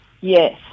Yes